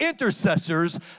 intercessors